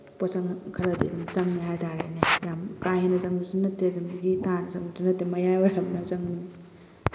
ꯄꯣꯠꯆꯪ ꯈꯔꯗꯤ ꯑꯗꯨꯝ ꯆꯪꯉꯦ ꯍꯥꯏꯇꯥꯔꯦꯅꯦ ꯌꯥꯝ ꯀꯥꯍꯦꯟꯅ ꯆꯪꯕꯁꯨ ꯅꯠꯇꯦ ꯑꯗꯨꯃꯛꯀꯤ ꯇꯥꯅ ꯆꯪꯕꯁꯨ ꯅꯠꯇꯦ ꯃꯌꯥꯏ ꯑꯣꯏꯔꯞꯅ ꯆꯪ